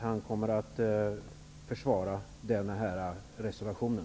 Han kommer att försvara den reservationen.